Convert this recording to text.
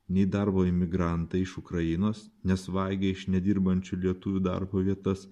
nei darbo imigrantai iš ukrainos nes vagia iš nedirbančių lietuvių darbo vietas